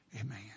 Amen